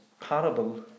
parable